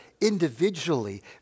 individually